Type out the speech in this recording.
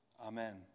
Amen